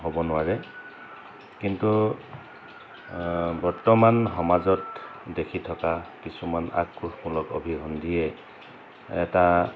হ'ব নোৱাৰে কিন্তু বৰ্তমান সমাজত দেখি থকা কিছুমান আক্ৰোশমূলক অভিসন্ধিয়ে এটা